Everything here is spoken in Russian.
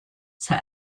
сэр